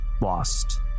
lost